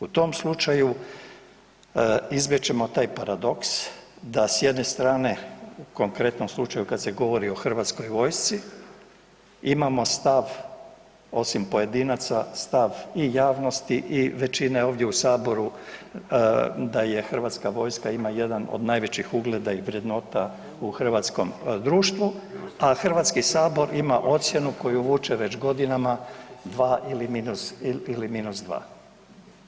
U tom slučaju izbjeći ćemo taj paradoks da s jedne strane u konkretnom slučaju kada se govori o Hrvatskoj vojsci imamo stav osim pojedinaca, stav i javnosti i većine ovdje u Saboru da Hrvatska vojska ima jedan od najvećih ugleda i vrednota u hrvatskom društvu, a Hrvatski sabor ima ocjenu koju vuče već godinama dva ili minus dva.